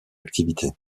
activité